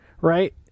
right